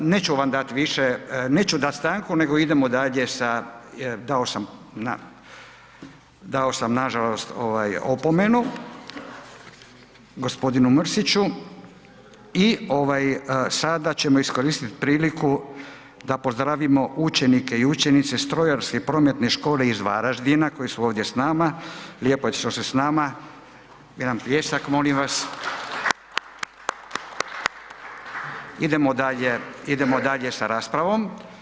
Neću vam dati više, neću dat stanku, nego idemo dalje sa, dao sam, dao sam nažalost, ovaj, opomenu gospodinu Mrsiću, i ovaj, sada ćemo iskoristit priliku da pozdravimo učenike i učenice Strojarske-prometne škole iz Varaždina koji su ovdje s nama, lijepo je što ste s nama, jedan pljesak molim vas. … Idemo dalje, idemo dalje sa raspravom.